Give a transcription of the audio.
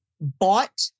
bought